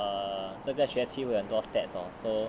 err 这个学期我有很多 stats hor so